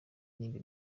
nimba